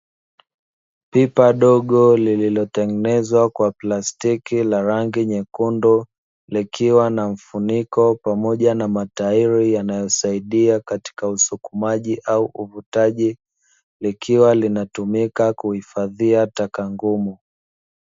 Pipa dogo lililotengenezwa kwa plastiki la rangi nyekundu, likiwa na mfuniko pamoja na matairi yanayosaidia katika usukumaji au uvutaji likiwa linatumika kuhifadhi taka ngumu.